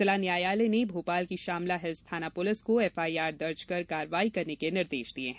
जिला न्यायालय ने भोपाल की श्यामला हिल्स थाना पुलिस को एफआईआर दर्ज कर कार्यवाही करने के निर्देश दिये हैं